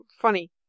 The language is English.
Funny